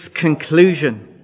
conclusion